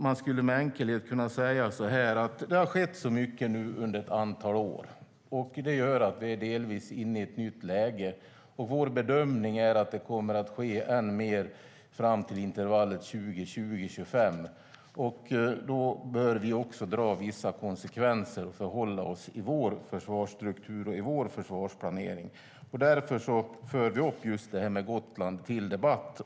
Man skulle med enkelhet kunna säga att det har skett mycket under ett antal år nu, och det gör att vi delvis är inne i ett nytt läge. Vår bedömning är att det kommer att ske än mer fram till intervallet 2020-2025. Då bör vi också dra vissa slutsatser om vilka konsekvenser det får för oss och hur vi ska förhålla oss till det i vår struktur och vår försvarsplanering. Därför för vi upp just Gotland till debatt.